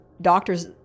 doctors